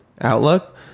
outlook